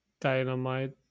dynamite